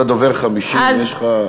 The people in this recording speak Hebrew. אתה דובר חמישי ויש לך,